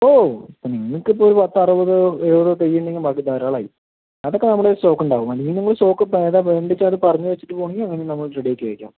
ഓ ഇപ്പം നിങ്ങൾക്ക് ഇപ്പം ഒര് പത്ത് അറുപത് എഴുപതോ തൈയ് ഉണ്ടെങ്കിൽ മതി ധാരാളം ആയി അത് ഒക്കെ നമ്മളുടെ കയ്യിൽ സ്റ്റോക്ക് ഉണ്ടാവും അല്ലെങ്കിൽ നിങ്ങൾ സ്റ്റോക്ക് ഇപ്പം ഏതാ വേണ്ടതെന്ന് വെച്ചാൽ അത് പറഞ്ഞ് വെച്ചിട്ട് പോകണമെങ്കിൽ അങ്ങനെ നമ്മള് റെഡി ആക്കി